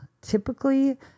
typically